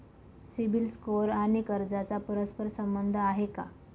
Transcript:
CIBIL score आणि कर्जाचा परस्पर संबंध आहे का?